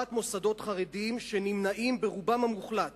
לטובת מוסדות חרדיים, שנמנעים ברובם המוחלט